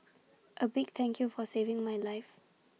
A big thank you for saving my life